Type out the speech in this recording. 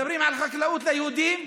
מדברים על חקלאות ליהודים,